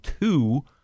two